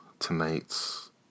tonight's